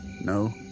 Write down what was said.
No